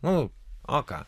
nu o ką